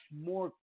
more